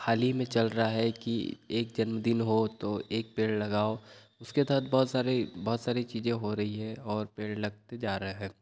हाल ही में चल रहा है कि एक जन्मदिन हो तो एक पेड़ लगाओ उसके तहत बहुत सारी बहुत सारी चीज़ें हो रही है और पेड़ लगते जा रहे हैं